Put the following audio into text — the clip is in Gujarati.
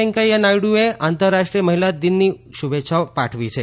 વેંકૈયા નાયડુએ આંતરરાષ્ટ્રીય મહિલા દિનની શુભેચ્છાઓ પાઠવી છે